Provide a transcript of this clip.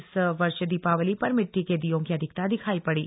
इस वर्ष दीपावली पर मिट्टी के दीयों की अधिकता दिखाई पड़ी